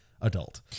adult